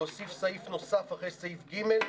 להוסיף סעיף נוסף אחרי סעיף (ג),